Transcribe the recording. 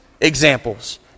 examples